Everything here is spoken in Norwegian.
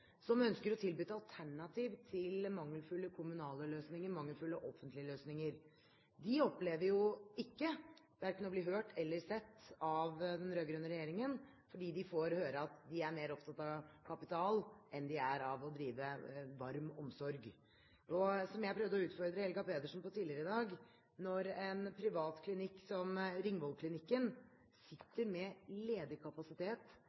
som ønsker å tilby et alternativ til mangelfulle kommunale løsninger og mangelfulle offentlige løsninger. De opplever jo verken å bli hørt eller sett av den rød-grønne regjeringen, for de får høre at de er mer opptatt av kapital enn av å drive varm omsorg. Jeg prøvde å utfordre Helga Pedersen tidligere i dag. Når en privat klinikk som